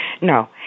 no